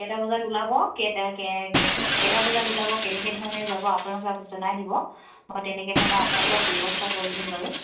কেইটা বজাত ওলাব কেইটা বজাত ওলাব কেনেকৈ ধৰণে যাব আপোনালোকে আপু জনাই দিব মই তেনেকৈ ধৰণে আপোনালোকক ব্যৱস্থা কৰি দিম বাৰু